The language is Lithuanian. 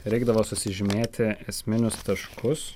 reikdavo susižymėti esminius taškus